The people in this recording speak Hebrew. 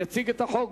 יציג את החוק